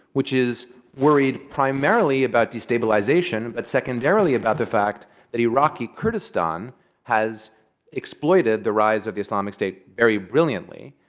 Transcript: which is worried primarily about destabilization, but secondarily about the fact that iraqi kurdistan has exploited the rise of the islamic state very brilliantly.